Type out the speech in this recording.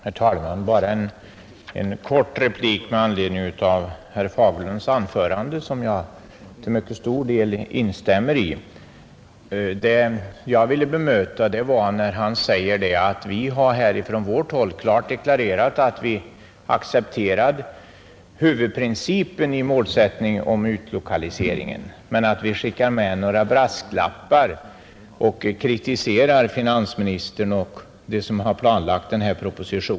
Herr talman! Bara en kort replik med anledning av herr Fagerlunds anförande, som jag till mycket stor del instämmer i. Vad jag vill bemöta är herr Fagerlunds ord om att vi från vårt håll har klart deklarerat att vi accepterar huvudprincipen i målsättningen om utlokaliseringen, men att vi skickar med några brasklappar och kritiserar finansministern och övriga som har utarbetat denna proposition.